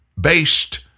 based